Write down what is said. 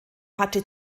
hatte